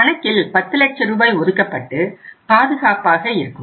கணக்கில் 10 லட்ச ரூபாய் ஒதுக்கப்பட்டு பாதுகாப்பாக இருக்கும்